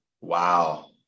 Wow